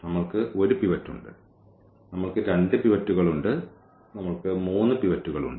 നമ്മൾക്ക് ഒരു പിവറ്റ് ഉണ്ട് നമ്മൾക്ക് രണ്ട് പിവറ്റുകൾ ഉണ്ട് നമ്മൾക്ക് മൂന്ന് പിവറ്റുകൾ ഉണ്ട്